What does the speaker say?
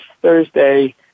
Thursday